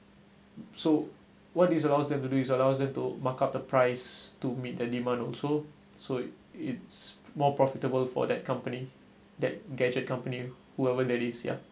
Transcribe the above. so what is allows them to do is allows them to mark up the price to meet the demand also so it it's more profitable for that company that gadget company whoever that is ya